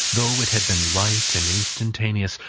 though it had been light and instantaneous,